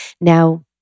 Now